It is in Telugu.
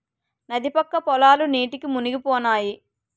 నది పక్క పొలాలు నీటికి మునిగిపోనాయి